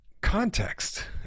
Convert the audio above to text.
context